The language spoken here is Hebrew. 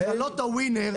הגרלות הווינר,